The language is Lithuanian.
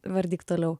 vardyk toliau